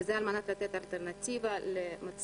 וזאת על מנת לתת אלטרנטיבה למציעים,